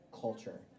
culture